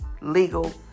legal